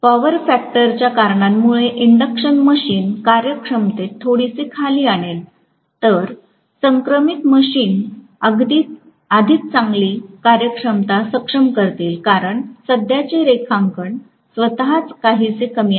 power फॅक्टरच्या कारणांमुळे induction machine कार्यक्षमतेत थोडीशी खाली आणेल तर समक्रमित मशीन्स अधिक चांगली कार्यक्षमता सक्षम करतील कारण सध्याचे रेखांकन स्वतःच काहीसे कमी आहे